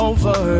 Over